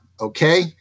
Okay